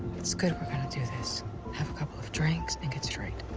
it's good we're gonna do this have a couple of drinks and get straight.